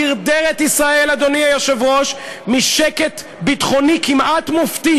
דרדר את ישראל משקט ביטחוני כמעט מופתי